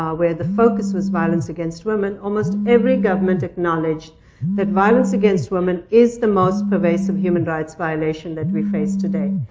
um where the focus was violence against women, almost every government acknowledged that violence against women is the most pervasive human rights violation that we face today,